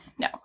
No